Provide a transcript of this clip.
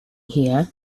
here